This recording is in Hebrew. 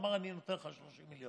הוא אמר: אני נותן לך 30 מיליון.